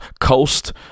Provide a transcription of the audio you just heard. coast